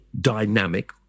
dynamic